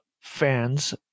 fans